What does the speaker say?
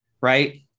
right